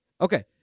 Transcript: Okay